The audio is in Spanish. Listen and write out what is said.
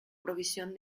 provisión